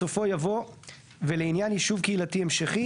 בסופו יבוא "ולעניין יישוב קהילתי המשכי